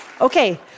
Okay